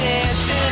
Dancing